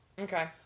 Okay